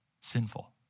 Sinful